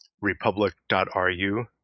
Republic.ru